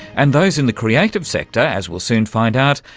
and those in the creative sector, as we'll soon find out,